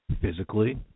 physically